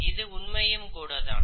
இது உண்மையே